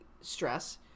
stress